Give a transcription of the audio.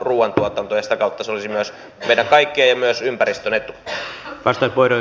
sitä kautta se olisi meidän kaikkien ja myös ympäristön etu